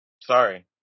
Sorry